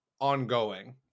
ongoing